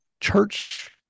church